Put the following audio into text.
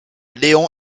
léon